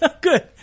Good